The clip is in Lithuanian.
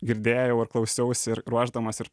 girdėjau ir klausiausi ir ruošdamas ir